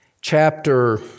chapter